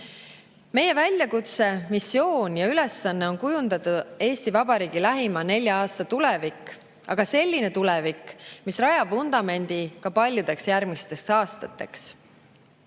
Meie väljakutse, missioon ja ülesanne on kujundada Eesti Vabariigi lähima nelja aasta tulevik, aga selline tulevik, mis rajab vundamendi ka paljudeks järgmisteks aastateks.